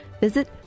Visit